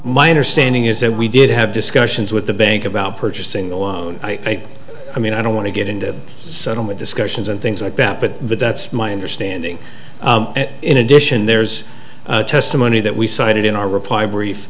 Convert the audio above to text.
my understanding is that we did have discussions with the bank about purchasing the loan i think i mean i don't want to get into settlement discussions and things like that but that's my understanding in addition there's testimony that we cited in our reply brief